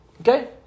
Okay